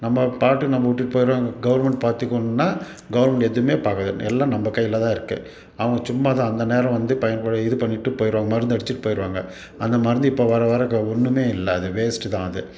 நம்ம பாட்டு நம்ம விட்டுட்டு போயிடுவோம் அங்கே கவர்மெண்ட் பார்த்துக்கும்னா கவர்மெண்ட் எதுவுமே பார்க்காது எல்லாம் நம்ம கையில் தான் இருக்குது அவங்க சும்மா தான் அந்த நேரம் வந்து இப்போ உங்களை இது பண்ணிவிட்டு போயிடுவாங்க மருந்து அடிச்சுட்டு போயிடுவாங்க அந்த மருந்து இப்போ வர வர ஒன்றுமே இல்லை அது வேஸ்ட்டு தான் அது